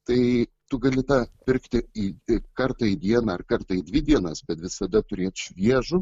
tai tu gali tą pirkti į kartą į dieną kartą dvi dienas bet visada turėti šviežų